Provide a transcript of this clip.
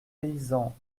paysans